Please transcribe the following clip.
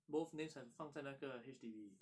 both names have to 放在那个 H_D_B